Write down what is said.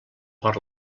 per